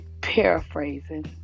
paraphrasing